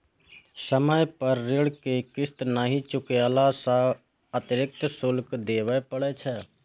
समय पर ऋण के किस्त नहि चुकेला सं अतिरिक्त शुल्क देबय पड़ै छै